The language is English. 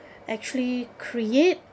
actually create